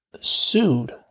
sued